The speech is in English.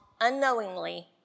unknowingly